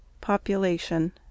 Population